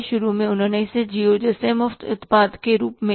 शुरू में उन्होंने इसे Jio जैसे मुफ्त उत्पाद के रूप में किया